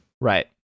Right